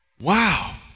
Wow